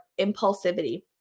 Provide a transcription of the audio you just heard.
impulsivity